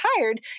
tired